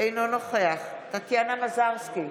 אינו נוכח טטיאנה מזרסקי,